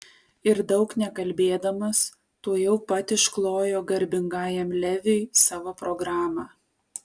ir daug nekalbėdamas tuojau pat išklojo garbingajam leviui savo programą